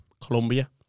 Colombia